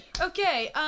Okay